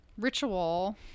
ritual